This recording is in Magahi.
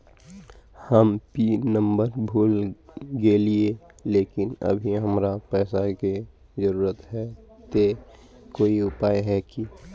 हम पिन नंबर भूल गेलिये लेकिन अभी हमरा पैसा के जरुरत है ते कोई उपाय है की?